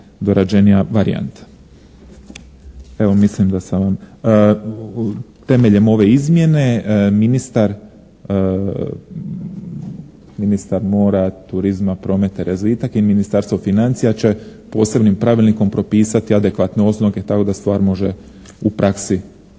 dorađenija varijanta. Evo mislim da sam vam. Temeljem ove izmjene ministar mora, turizma, prometa i razvitka i Ministarstvo financija će posebnim pravilnikom propisati adekvatne oznake tako da stvar može u praksi